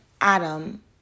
Adam